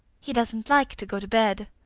he doesn't like to go to bed.